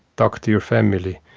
talk to your family,